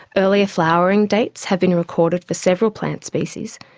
earlier flowering dates have been recorded for several plant species,